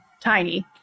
Tiny